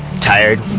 tired